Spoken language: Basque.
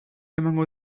emango